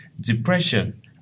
depression